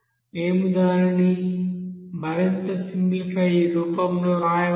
మేము దానిని మరింత సింప్లిఫై రూపంలో వ్రాయవచ్చు